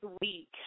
week